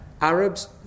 Arabs